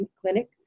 clinic